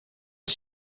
est